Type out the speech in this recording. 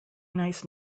nice